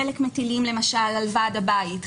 חלק מטילים על ועד הבית למשל,